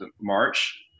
March